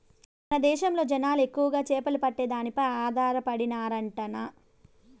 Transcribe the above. మన దేశంలో జనాలు ఎక్కువగా చేపలు పట్టే దానిపై ఆధారపడినారంటన్నా